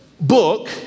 book